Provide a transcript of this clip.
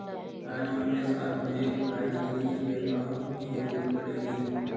राजू अगले साल मुझे खुदाई के लिए बैकहो की जरूरत पड़ेगी